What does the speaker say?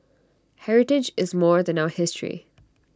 heritage is more than our history